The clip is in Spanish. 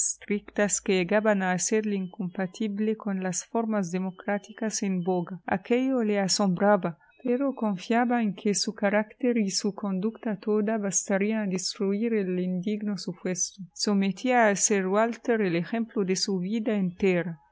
estrictas que llegaban a hacerle incompatible con las formas democráticas en boga aquello le asombraba pero confiaba en que su carácter y su conducta toda bastarían a destruir el indigno supuesto sometía a sir walter el ejemplo de su vida entera